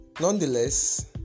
Nonetheless